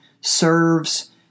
serves